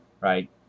right